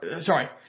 Sorry